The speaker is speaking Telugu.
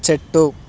చెట్టు